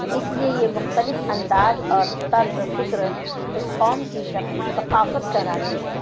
اس لیے یہ مختلف انداز اور طرز فکر اس قوم کی شک ثقافت کہراتی ہے